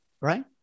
right